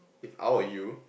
If I were you